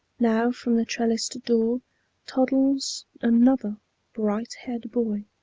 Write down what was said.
now from the trellised door toddles another bright-haired boy.